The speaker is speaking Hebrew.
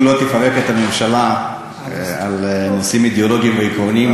אם לא תפרק את הממשלה על נושאים אידיאולוגיים ועקרוניים,